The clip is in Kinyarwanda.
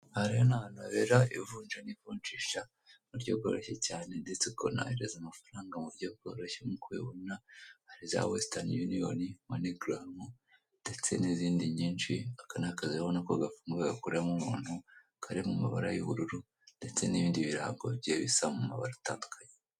Aha rero ni ahantu habera ivunja n'ivunjisharyo mu buryo bworoshye cyane ndetse ukanohereza amafaranga mu buryo bworoshye nk'uko ubibona hari za wesitani yuniyoni monegaramu ndetse n'izindi nyinshi, aka ni akazu urabona ko gafuzwe gakoreramo umuntu kari mu mabara y'ubururu ndetse n'ibindi birango bigiye bisa mu mabara atandukanye.